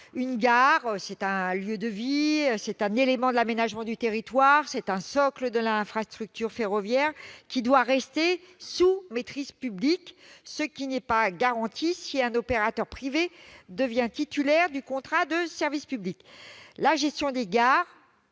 Une gare est un lieu de vie, un élément de l'aménagement du territoire, un socle de l'infrastructure ferroviaire, qui doit rester sous maîtrise publique, ce qui n'est pas garanti si un opérateur privé devient titulaire du contrat de service public. La gestion des gares,